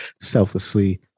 selflessly